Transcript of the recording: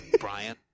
Brian